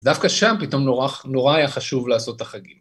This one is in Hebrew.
דווקא שם פתאום נורא היה חשוב לעשות את החגים.